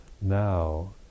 now